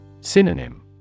Synonym